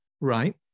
right